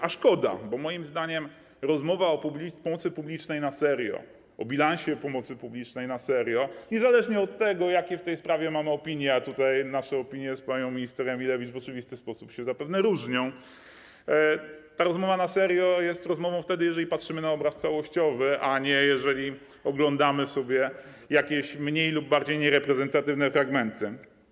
A szkoda, bo moim zdaniem rozmowa o pomocy publicznej na serio, o bilansie pomocy publicznej na serio, niezależnie od tego, jakie w tej sprawie mamy opinie, a tutaj nasze opinie z panią minister Emilewicz w oczywisty sposób zapewne się różnią, jest rozmową wtedy, jeżeli patrzymy na obraz całościowy, a nie jeżeli oglądamy sobie mniej lub bardziej niereprezentatywne fragmenty.